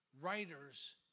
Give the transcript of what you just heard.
writers